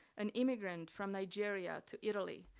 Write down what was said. an immigrant from nigeria to italy,